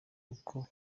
uko